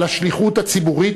על השליחות הציבורית,